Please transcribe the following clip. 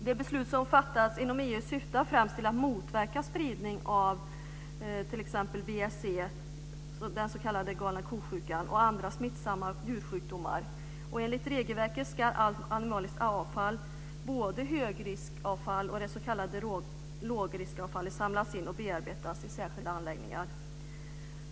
De beslut som fattats inom EU syftar främst till att motverka spridning av BSE, galna ko-sjukan och andra smittsamma djursjukdomar. Enligt regelverket ska allt animaliskt avfall, både s.k. högriskavfall och lågriskavfall, samlas in och bearbetas i särskilda anläggningar.